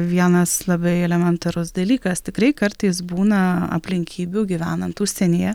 vienas labai elementarus dalykas tikrai kartais būna aplinkybių gyvenant užsienyje